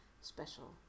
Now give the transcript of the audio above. special